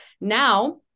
Now